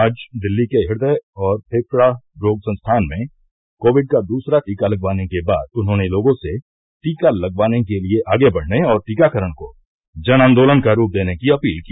आज दिल्ली के हृदय और फेफडा रोग संस्थान में कोविड का दूसरा टीका लगवाने के बाद उन्होंने लोगों से टीका लगवाने के लिए आगे बढने और टीकाकरण को जन आदोलन का रूप देने की अपील की